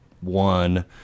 one